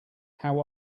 how